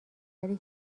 ولی